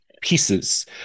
pieces